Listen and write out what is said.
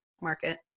market